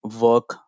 work